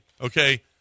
okay